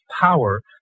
power